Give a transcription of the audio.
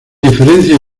diferencias